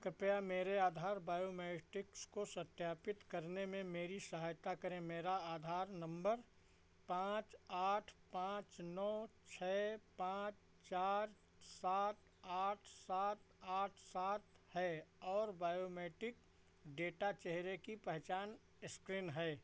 कृपया मेरे आधार बायोमेट्रिक्स को सत्यापित करने में मेरी सहायता करें मेरा आधार नंबर पाँच आठ पाँच नौ छः पाँच चार सात आठ सात आठ सात है और बायोमेट्रिक डेटा चहरे की पहचान इस्क्रीन है